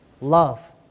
love